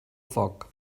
foc